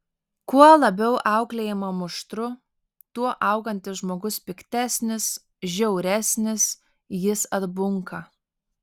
kuo labiau auklėjama muštru tuo augantis žmogus piktesnis žiauresnis jis atbunka